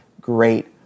great